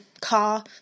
car